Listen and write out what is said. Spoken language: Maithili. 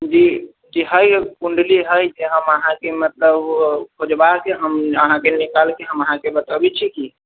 जी हइ कुण्डली हइ जे हम अहाँकेँ मतलब ओ खोजबाके हम अहाँकेँ निकलबाके बतबैत छी कि